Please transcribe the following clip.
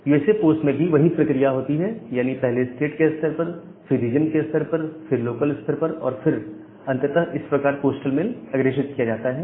USA post में भी वही प्रक्रिया होती है यानी पहले स्टेट के स्तर पर फिर रीजन के स्तर पर फिर लोकल स्तर पर और फिर अंततः इस प्रकार पोस्टल मेल अग्रेषित किया जाता है